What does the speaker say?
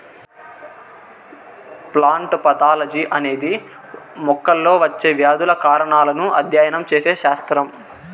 plant pathology అనేది మొక్కల్లో వచ్చే వ్యాధుల కారణాలను అధ్యయనం చేసే శాస్త్రం